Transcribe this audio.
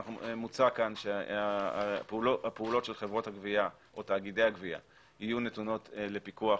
מוצע כאן שהפעולות של חברות הגבייה או תאגידי הגבייה יהיו נתונות לפיקוח